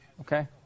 Okay